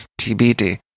TBD